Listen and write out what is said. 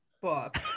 book